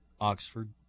oxford